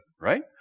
right